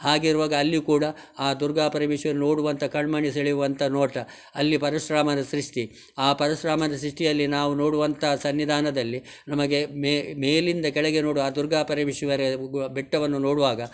ಹಾಗಿರುವಾಗ ಅಲ್ಲಿಯೂ ಕೂಡ ಆ ದುರ್ಗಾಪರಮೇಶ್ವರಿ ನೋಡುವಂಥ ಕಣ್ಮಣಿ ಸೆಳೆಯುವಂಥ ನೋಟ ಅಲ್ಲಿ ಪರಶುರಾಮನ ಸೃಷ್ಟಿ ಆ ಪರಶುರಾಮನ ಸೃಷ್ಟಿಯಲ್ಲಿ ನಾವು ನೋಡುವಂಥ ಸನ್ನಿಧಾನದಲ್ಲಿ ನಮಗೆ ಮೇಲಿಂದ ಕೆಳಗೆ ನೋಡುವ ಆ ದುರ್ಗಾಪರಮೇಶ್ವರಿಯ ಗು ಬೆಟ್ಟವನ್ನು ನೋಡುವಾಗ